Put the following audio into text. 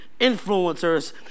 influencers